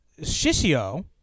Shishio